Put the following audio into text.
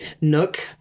Nook